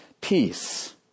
peace